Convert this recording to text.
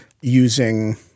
using